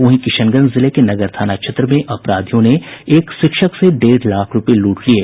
वहीं किशनगंज जिले के नगर थाना क्षेत्र में अपराधियों ने एक शिक्षक से डेढ़ लाख रुपये लूट लिये